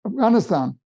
Afghanistan